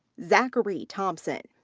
zachary thompson.